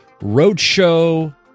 roadshow